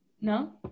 No